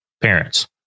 parents